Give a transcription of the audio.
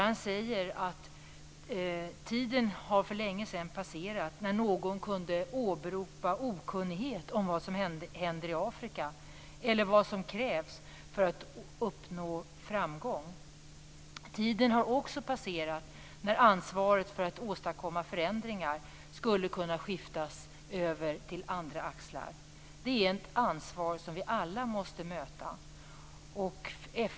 Han säger att tiden för länge sedan har passerat när någon kunde åberopa okunnighet om vad som händer i Afrika eller vad som krävs för att uppnå framgång. Tiden har också passerat när ansvaret för att åstadkomma förändringar skulle kunna skiftas över till andra axlar. Det är ett ansvar som vi alla måste möta.